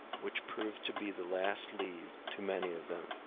which proved to be the last leave to many of them.